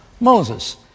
Moses